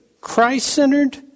Christ-centered